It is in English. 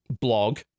blog